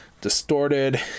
distorted